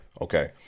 Okay